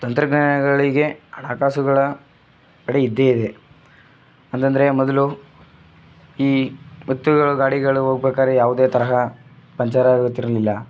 ತಂತ್ರಜ್ಞಾನಗಳಿಗೆ ಹಣಕಾಸುಗಳ ಕಡೆ ಇದ್ದೇ ಇದೆ ಹಂಗಂದ್ರೆ ಮೊದಲು ಈ ಮತ್ತುಗಳು ಗಾಡಿಗಳು ಹೋಗ್ಬೇಕಾದರೆ ಯಾವುದೇ ತರಹ ಪಂಚರ್ ಆಗುತ್ತಿರಲಿಲ್ಲ